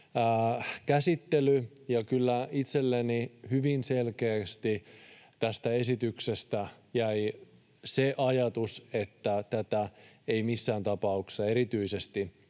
käsittely, ja kyllä itselleni hyvin selkeästi tästä esityksestä jäi se ajatus, että tätä ei pitäisi tehdä missään tapauksessa, erityisesti